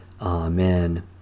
Amen